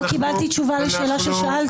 לא קיבלתי תשובה לשאלה ששאלתי.